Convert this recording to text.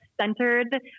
centered